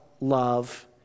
love